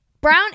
brown